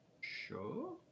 Sure